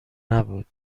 نبود